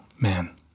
man